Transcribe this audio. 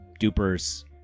...duper's